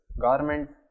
garments